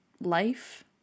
life